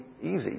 easy